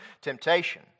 temptation